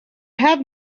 have